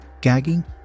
gagging